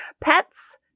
Pets